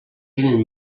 tenen